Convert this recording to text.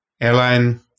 airline